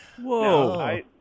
Whoa